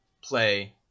play